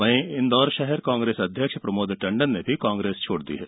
वहीं इंदौर शहर कांग्रेस अध्यक्ष प्रमोद टंडन ने कांग्रेस छोड़ दी है